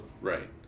Right